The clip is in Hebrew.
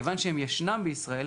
כיוון שהם ישנם בישראל,